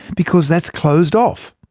because that's closed off.